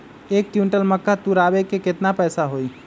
एक क्विंटल मक्का तुरावे के केतना पैसा होई?